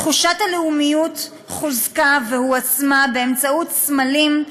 תחושת הלאומיות חוזקה והועצמה באמצעות סמלים,